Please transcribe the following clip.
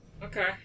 Okay